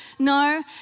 No